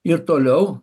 ir toliau